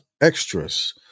extras